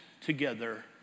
together